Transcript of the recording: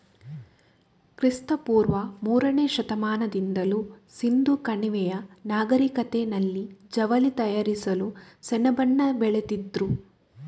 ಕ್ರಿಸ್ತ ಪೂರ್ವ ಮೂರನೇ ಶತಮಾನದಿಂದಲೂ ಸಿಂಧೂ ಕಣಿವೆಯ ನಾಗರಿಕತೆನಲ್ಲಿ ಜವಳಿ ತಯಾರಿಸಲು ಸೆಣಬನ್ನ ಬೆಳೀತಿದ್ರು